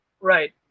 Right